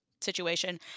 situation